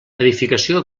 edificació